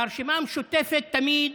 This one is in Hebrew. והרשימה המשותפת תמיד,